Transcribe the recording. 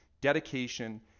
dedication